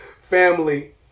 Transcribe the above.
family